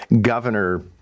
Governor